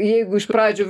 jeigu iš pradžių